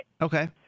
Okay